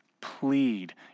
plead